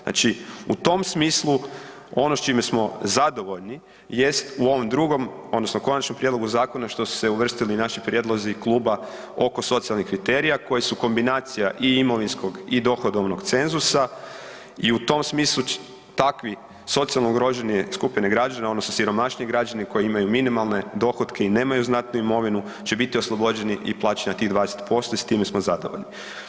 Znači u tom smislu ono s čime smo zadovoljni jest u ovom drugom odnosno konačnom prijedlogu zakona što su se uvrstili naši prijedlozi kluba oko socijalnih kriterija koji su kombinacija i imovinskog i dohodovnog cenzusa i u tom smislu takve socijalno ugroženije skupine građana odnosno siromašniji građani koji imaju minimalne dohotke i nemaju znatnu imovinu će biti oslobođeni i plaćanja tih 20% i s time smo zadovoljni.